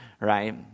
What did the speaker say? right